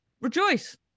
Rejoice